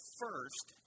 first